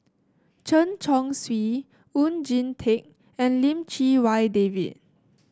Chen Chong Swee Oon Jin Teik and Lim Chee Wai David